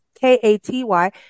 K-A-T-Y